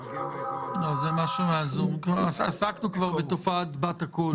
מה שנוגע לכך